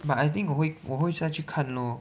but I think 我会我会再去看 lor